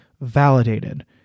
validated